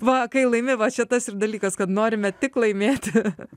va kai laimi va čia tas ir dalykas kad norime tik laimėti